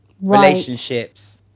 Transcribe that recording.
relationships